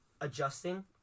adjusting